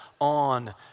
on